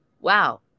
wow